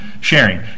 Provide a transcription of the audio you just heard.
sharing